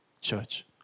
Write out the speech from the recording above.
church